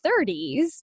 30s